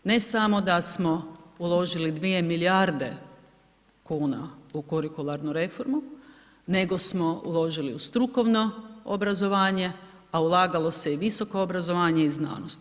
Ne samo da smo uložili 2 milijarde kuna u Kurikularnu reformu, nego smo uložili u strukovno obrazovanje, a ulagalo se u visoko obrazovanje i znanost.